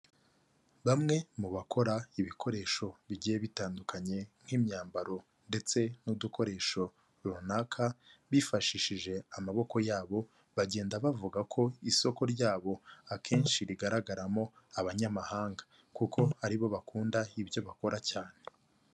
Bamwe mu bakora ibikoresho bigiye bitandukanye, nk'imyambaro ndetse n'udukoresho runaka bifashishije amaboko yabo, bagenda bavuga ko isoko ryabo akenshi rigaragaramo abanyamahanga kuko aribo bakunda ibyo bakora cyane.